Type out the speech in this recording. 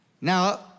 Now